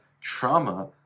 trauma